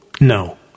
No